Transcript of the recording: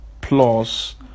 plus